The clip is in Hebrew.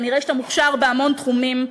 כנראה אתה מוכשר בהמון תחומים,